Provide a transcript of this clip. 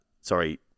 sorry